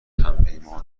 همپیمانان